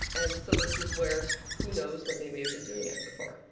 and so this is where who knows what they may have been doing it for.